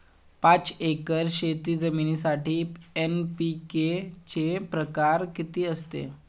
पाच एकर शेतजमिनीसाठी एन.पी.के चे प्रमाण किती असते?